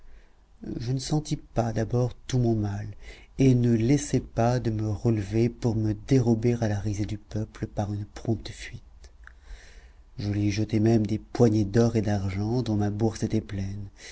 je ne sentis pas d'abord tout mon mal et ne laissai pas de me relever pour me dérober à la risée du peuple par une prompte fuite je lui jetai même des poignées d'or et d'argent dont ma bourse était pleine